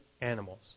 animals